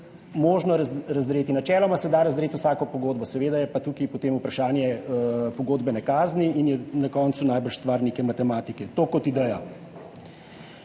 možno razdreti? Načeloma se da razdreti vsako pogodbo, seveda je pa tukaj potem vprašanje pogodbene kazni in je na koncu najbrž stvar neke matematike. To kot ideja.